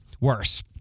worse